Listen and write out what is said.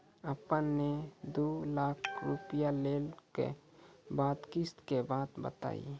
आपन ने दू लाख रुपिया लेने के बाद किस्त के बात बतायी?